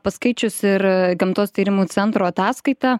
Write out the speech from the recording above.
paskaičius ir gamtos tyrimų centro ataskaitą